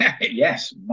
Yes